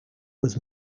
was